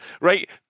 Right